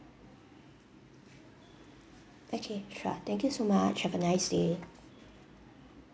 okay sure thank you so much have a nice day